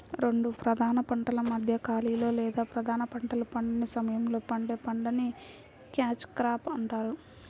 రెండు ప్రధాన పంటల మధ్య ఖాళీలో లేదా ప్రధాన పంటలు పండని సమయంలో పండే పంటని క్యాచ్ క్రాప్ అంటారు